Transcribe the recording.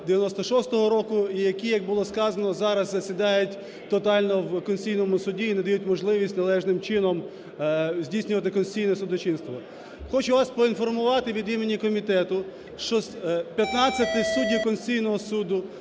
96-го року і які, як було сказано, зараз засідають тотально в Конституційному Суді і не дають можливість належним чином здійснювати конституційне судочинство. Хочу вас проінформувати від імені комітету, що з 15 суддів Конституційного Суду